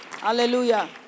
Hallelujah